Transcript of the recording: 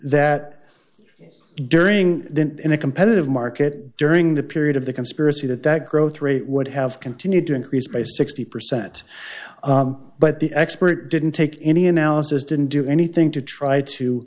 that during then in a competitive market during the period of the conspiracy that that growth rate would have continued to increase by sixty percent but the expert didn't take any analysis didn't do anything to try to